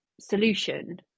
solution